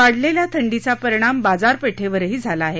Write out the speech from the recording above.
वाढलेल्या थंडीचा परिणाम बाजारपेठेवरही झाला आहे